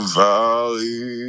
valley